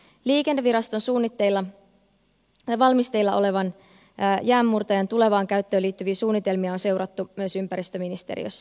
liikenneviraston suunnitteilla ja valmisteilla olevan jäänmurtajan tulevaan käyttöön liittyviä suunnitelmia on seurattu myös ympäristöministeriössä